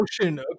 motion